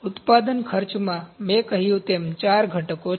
ઉત્પાદન ખર્ચમાં મેં કહ્યું તેમ તે ચાર ઘટકો છે